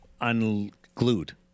unglued